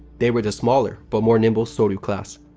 they were the smaller but more nimble soryu class.